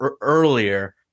earlier